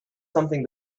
something